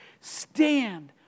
Stand